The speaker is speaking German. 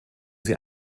sie